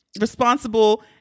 responsible